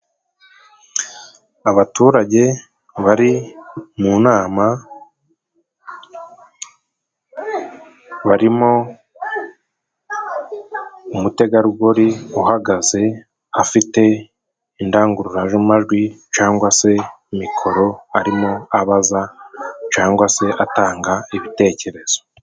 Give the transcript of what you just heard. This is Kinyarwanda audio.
Abaturage bari mu nama barimo umutegarugori uhagaze afite indangururamajwi cangwa se mikoro, arimo abaza cangwa se atanga ibitekerezo.